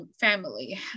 family